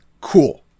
cool